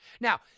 Now